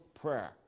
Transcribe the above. prayer